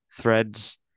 threads